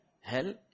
hell